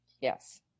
Yes